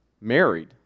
married